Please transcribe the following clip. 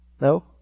No